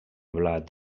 blat